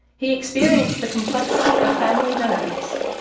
he experienced the complexity of family dynamics.